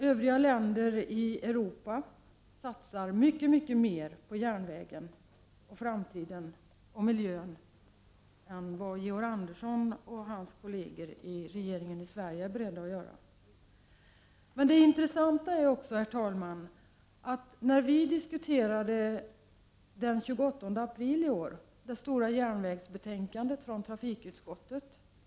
Övriga länder i Europa satsar mycket mera på järnvägen, framtiden och miljön än vad Georg Andersson och hans kolleger i den svenska regeringen är beredda att göra. Den 28 april i år diskuterades det stora järnvägsbetänkandet från trafikutskottet.